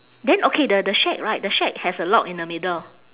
then okay the the shack right the shack has a lock in the middle